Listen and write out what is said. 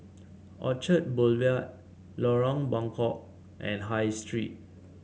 Orchard Boulevard Lorong Buangkok and High Street